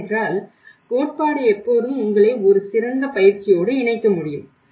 ஏனென்றால் கோட்பாடு எப்போதும் உங்களை ஒரு சிறந்த பயிற்சியோடு இணைக்க முடியும்